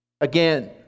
Again